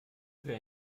für